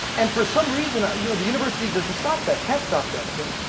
and for some reason ah you know the university doesn't stop that, can't stop that. i mean,